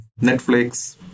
Netflix